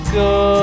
go